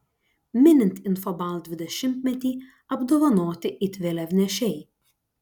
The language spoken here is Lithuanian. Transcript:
minint infobalt dvidešimtmetį apdovanoti it vėliavnešiai